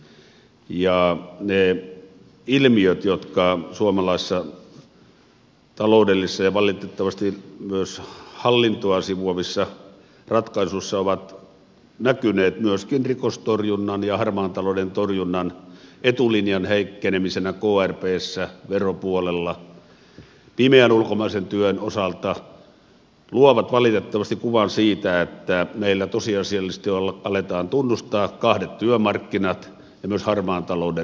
ne ilmiöt jotka suomalaisissa taloudellisissa ja valitettavasti myös hallintoa sivuavissa ratkaisuissa ovat näkyneet myöskin rikostorjunnan ja harmaan talouden torjunnan etulinjan heikkenemisenä krpssä veropuolella pimeän ulkomaisen työn osalta luovat valitettavasti kuvan siitä että meillä tosiasiallisesti aletaan tunnustaa kahdet työmarkkinat ja myös harmaan talouden rooli